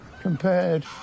compared